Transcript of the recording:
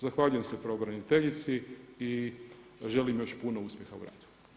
Zahvaljujem se pravobraniteljici i želim joj još puno uspjeha u radu.